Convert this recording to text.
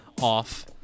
off